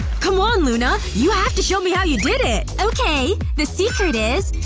come on, luna. you have to show me how you did it okay! the secret is.